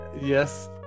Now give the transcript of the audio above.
Yes